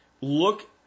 look